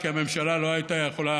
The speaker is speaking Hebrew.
כי הממשלה לא הייתה יכולה,